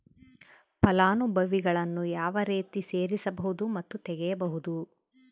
ಫಲಾನುಭವಿಗಳನ್ನು ಯಾವ ರೇತಿ ಸೇರಿಸಬಹುದು ಮತ್ತು ತೆಗೆಯಬಹುದು?